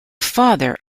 father